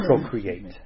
procreate